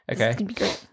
Okay